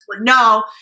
No